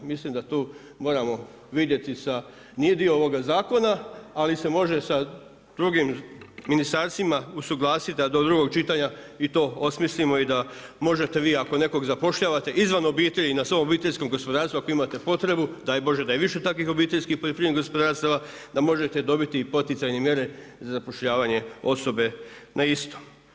Mislim da tu moramo vidjeti sa, nije dio ovoga zakona, ali se može sa drugim ministarstvima usuglasiti da do drugog čitanja i to osmislimo i da možete vi ako nekoga zapošljavate izvan obitelji na svom obiteljskom gospodarstvu ako imate potrebu daj Bože da je više takvih obiteljskih poljoprivrednih gospodarstava da možete dobiti i poticajne mjere za zapošljavanje osobe na isto.